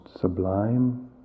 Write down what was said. sublime